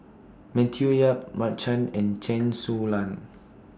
Matthew Yap Mark Chan and Chen Su Lan